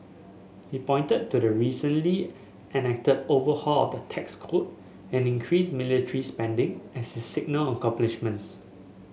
he pointed to the recently enacted overhaul of the tax code and increased military spending as his signal accomplishments